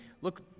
look